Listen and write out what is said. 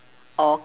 or